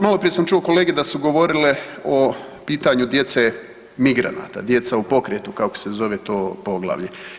Malo prije sam čuo kolege da su govorile o pitanju djece migranata, djeca u pokretu kako se zove to poglavlje.